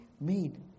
made